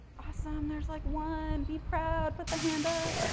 awesome, there's like one, be proud, put the hand ah